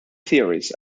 theories